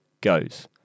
goes